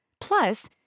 Plus